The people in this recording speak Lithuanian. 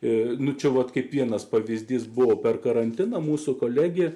ir nučiupti kaip vienas pavyzdys buvo per karantiną mūsų kolegė